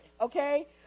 okay